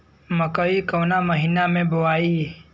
मकई कवना महीना मे बोआइ?